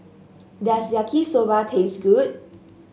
does Yaki Soba taste good